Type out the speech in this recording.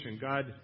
God